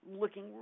looking